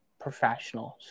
professionals